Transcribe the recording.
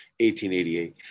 1888